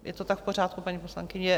Je to tak v pořádku, paní poslankyně?